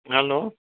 hello